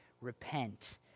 repent